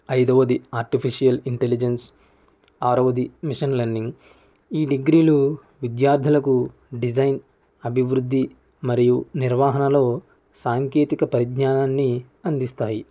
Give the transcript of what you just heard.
ఐదవది artificial intelligence ఆరవది machine learning ఈ డిగ్రీలు విద్యార్థులకు డిజైన్ అభివృద్ధి మరియు నిర్వహణలో సాంకేతిక పరిజ్ఞానాన్ని అందిస్తాయి